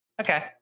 Okay